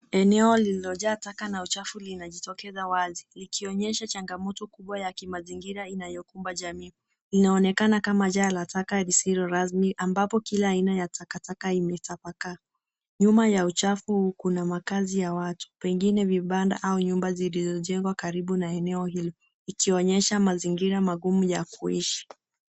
Eneo liliojaa takataka na uchafu linajitokeza wazi likonyesha changamoto kubwa ya kimazingira inayokumba jamii linaonekana kama jaa la taka lisilo rasmi ambapo kila aina ya takataka imetapaka. Nyuma ya uchafu huu kuna makazi ya watu pengine vibanda au nyumba zilizojengwa karibu na eneo hili ikionyesha mazingira magumu ya kuishi